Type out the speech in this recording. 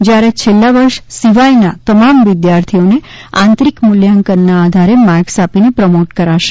જ્યારે છેલ્લા વર્ષ સિવાયના તમામ વિદ્યાર્થીઓને આંતરિક મૂલ્યાંકનના આધારે માર્કસ આપીને પ્રમોટ કરાશે